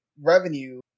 revenue